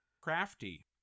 Crafty